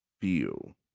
feel